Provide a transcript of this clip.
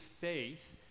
faith